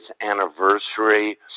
anniversary